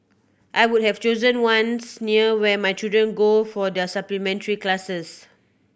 I would have chosen ones near where my children go for their supplementary classes